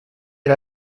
era